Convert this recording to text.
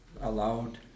allowed